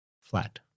Flat